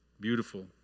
Beautiful